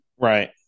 Right